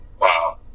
Wow